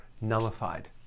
nullified